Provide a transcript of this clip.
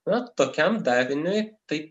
na tokiam dariniui tai